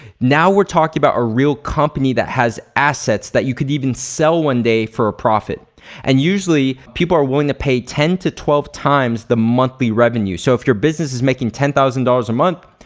now we're talking about a real company that has assets that you could even sell one day for a profit and usually people are willing to pay ten to twelve times the monthly revenue. so if your business is making ten thousand dollars a month,